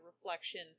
reflection